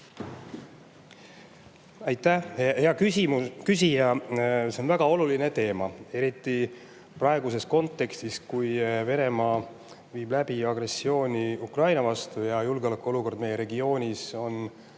Aitäh, hea küsija! See on väga oluline teema, eriti praeguses kontekstis, kui Venemaa viib läbi agressiooni Ukraina vastu ja julgeolekuolukord meie regioonis on